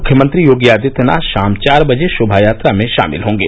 मुख्यमंत्री योगी आदित्यनाथ शाम चार बजे शोभायात्रा में शामिल होंगे